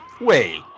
Wait